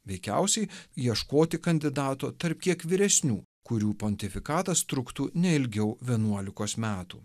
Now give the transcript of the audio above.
veikiausiai ieškoti kandidato tarp kiek vyresnių kurių pontifikatas truktų neilgiau vienuolikos metų